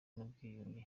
n’ubwiyunge